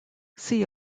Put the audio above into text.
see